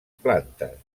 plantes